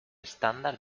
estándar